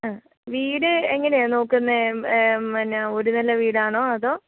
ആ വീട് എങ്ങനെയാണ് നോക്കുന്നത് പിന്നെ ഒരു നില വീടാണോ അതോ